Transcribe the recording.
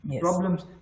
Problems